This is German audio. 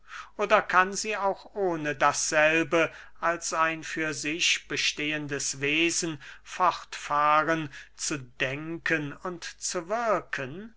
oder kann sie auch ohne dasselbe als ein für sich bestehendes wesen fortfahren zu denken und zu wirken